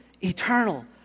eternal